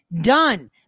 done